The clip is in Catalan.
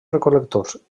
recol·lectors